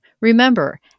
Remember